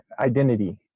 identity